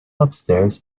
upstairs